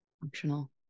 Functional